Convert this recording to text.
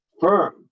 firm